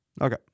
Okay